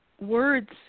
words